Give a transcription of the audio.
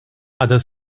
other